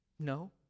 No